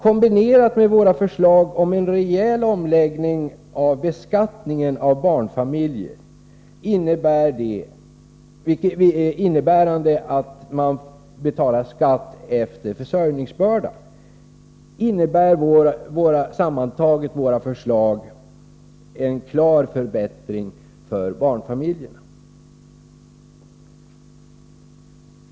Kombinerat med våra förslag om en rejäl omläggning av beskattningen av barnfamiljerna, innebärande skatt efter försörjningsbörda, medför sammantaget våra förslag en klar förbättring för barnfamiljerna.